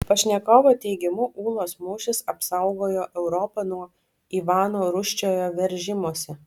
pašnekovo teigimu ūlos mūšis apsaugojo europą nuo ivano rūsčiojo veržimosi